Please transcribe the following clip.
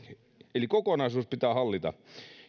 eli kokonaisuus pitää hallita